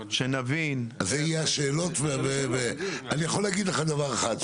אני יכול להגיד לך דבר אחד,